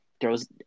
throws